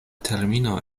termino